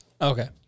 Okay